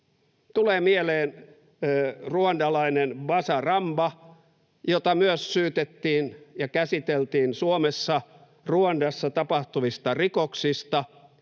Tulee mieleen ruandalainen Bazaramba, jota myös syytettiin ja käsiteltiin Suomessa Ruandassa tapahtuvista rikoksista.